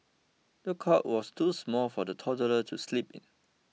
the cot was too small for the toddler to sleep in